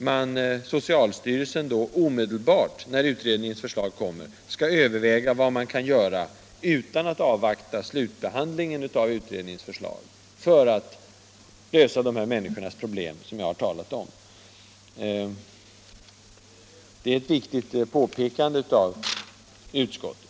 nu — att socialstyrelsen när utredningens förslag kommer omedelbart, alltså utan att avvakta slutbehandlingen av utredningens förslag, skall överväga vad som kan göras för att lösa de här människornas problem. Det är ett viktigt påpekande som utskottet gjort.